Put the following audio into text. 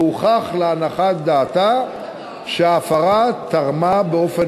והוכח להנחת דעתה שההפרה תרמה באופן